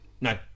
no